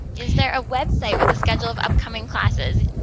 is there a website with a schedule of upcoming classes?